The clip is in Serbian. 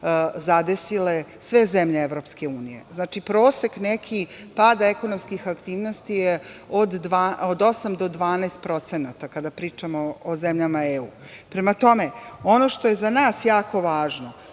zadesile sve zemlje EU. Znači, prosek neki pada ekonomskih aktivnosti je od 8% do 12% kada pričamo o zemljama EU.Prema tome, ono što je za nas jako važno